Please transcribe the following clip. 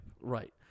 Right